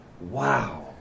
Wow